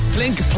Blink